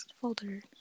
folder